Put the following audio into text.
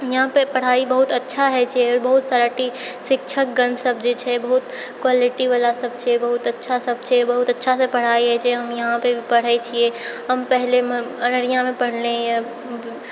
इहाँपे पढ़ाइ बहुत अच्छा हय छै बहुत सारा टी शिक्षकगण सब जे छै बहुत क्वालिटीवला सब छै बहुत अच्छा सब छै बहुत अच्छासँ पढ़ाइ हय छै हम इहाँपे भी पढ़ै छियै हम पहिलेमे अररियामे पढ़लियै हऽ